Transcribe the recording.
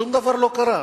שום דבר לא קרה.